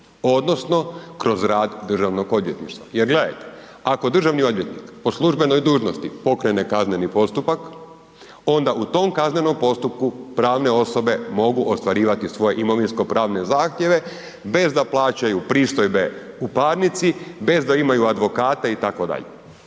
odnosno kroz rad Državnog odvjetništva jer gledajte, ako državni odvjetnik po službenoj dužnosti pokrene kazneni postupak, onda u tom kaznenom postupku pravne osobe mogu ostvarivati svoje imovinsko pravne zahtjeve bez da plaćaju pristojbe u parnici, bez da imaju advokate itd.